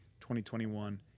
2021